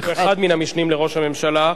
אחד מן המשנים לראש הממשלה.